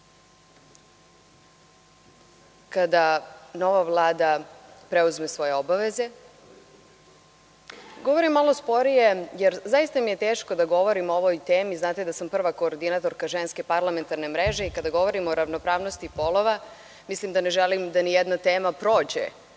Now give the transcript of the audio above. kada nova Vlada preuzme svoje obaveze. Govorim malo sporije jer mi je zaista teško da govorim o ovoj temi. Znate da sam prva koordinatorka Ženske parlamentarne mreže i kada govorim o ravnopravnosti polova, mislim da ne želim da nijedna tema prođe